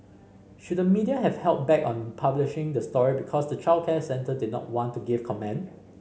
should the media have held back on publishing the story because the childcare centre did not want to give comment